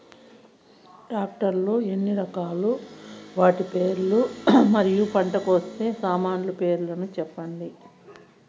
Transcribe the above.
Tractor లు ఎన్ని రకాలు? వాటి పేర్లు మరియు పంట కోసే సామాన్లు పేర్లను సెప్పండి?